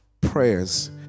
prayers